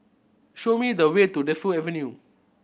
show me the way to Defu Avenue